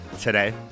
today